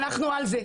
אנחנו "על זה",